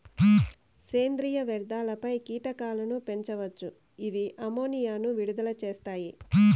సేంద్రీయ వ్యర్థాలపై కీటకాలను పెంచవచ్చు, ఇవి అమ్మోనియాను విడుదల చేస్తాయి